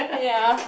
ya